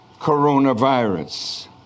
coronavirus